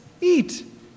eat